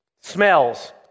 smells